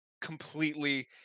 completely